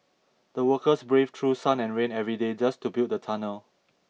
the workers braved through sun and rain every day just to build the tunnel